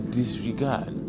disregard